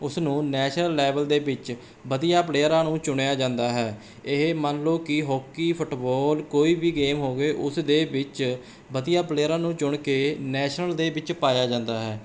ਉਸਨੂੰ national level ਦੇ ਵਿੱਚ ਵਧੀਆ ਪਲੇਅਰਾਂ ਨੂੰ ਚੁਣਿਆ ਜਾਂਦਾ ਹੈ ਇਹ ਮੰਨ ਲਓ ਕਿ ਹਾਕੀ ਫੁੱਟਬੋਲ ਕੋਈ ਵੀ ਗੇਮ ਹੋਵੇ ਉਸ ਦੇ ਵਿੱਚ ਵਧੀਆ ਪਲੇਅਰਾਂ ਨੂੰ ਚੁਣ ਕੇ ਨੈਸ਼ਨਲ ਦੇ ਵਿੱਚ ਪਾਇਆ ਜਾਂਦਾ ਹੈ